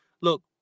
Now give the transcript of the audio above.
look